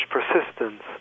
persistence